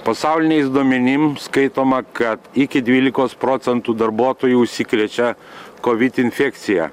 pasauliniais duomenim skaitoma kad iki dvylikos procentų darbuotojų užsikrečia kovid infekcija